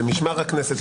למשמר הכנסת,